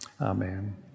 Amen